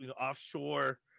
offshore